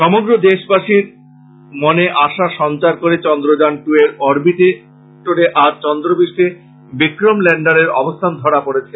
সমগ্র দেশবাসীর মনে আশার করে চন্দ্রযান টুর অরবিটারে আজ চন্দ্রপৃষ্টে বিক্রম লেন্ডারের অবস্থান ধরা পড়েছে